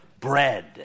bread